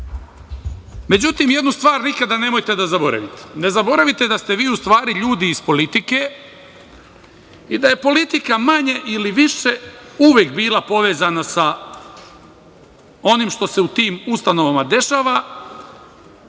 Međutim, jednu stvar nikada nemojte da zaboravite. Ne zaboravite da ste vi u stvari ljudi iz politike i da je politika manje ili više uvek bila povezana sa onim što se u tim ustanovama dešava